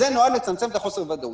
זה נועד לצמצם את חוסר הוודאות.